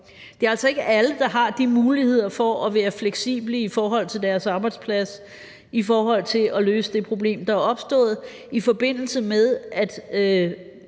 Det er altså ikke alle, der har de muligheder for at være fleksibel i forhold til deres arbejdsplads i forhold til at løse det problem, der er opstået, i forbindelse med at